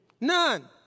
None